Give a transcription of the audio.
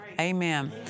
Amen